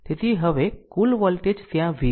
તેથી હવે અને કુલ વોલ્ટેજ ત્યાં v છે